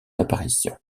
apparition